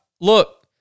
look